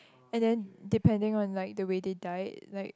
and then depending on like the way they died like